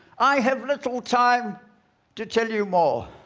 i have little time to tell you more,